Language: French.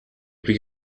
plus